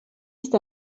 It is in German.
ist